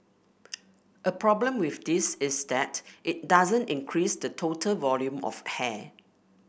a problem with this is that it doesn't increase the total volume of hair